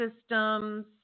systems